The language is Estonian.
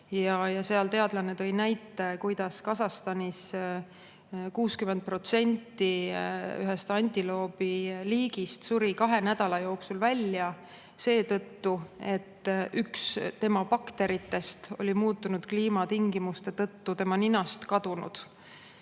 Seal tõi teadlane näite, et Kasahstanis suri 60% ühest antiloobiliigist kahe nädala jooksul seetõttu, et üks tema bakteritest oli muutunud kliimatingimuste tõttu tema ninast kadunud.